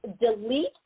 delete